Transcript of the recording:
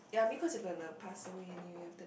ya main course you're gonna pass away anyway after that